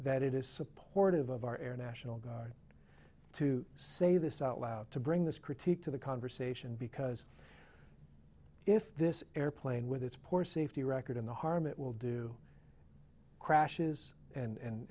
that it is supportive of our air national guard to say this out loud to bring this critique to the conversation because if this airplane with its poor safety record in the harm it will do crashes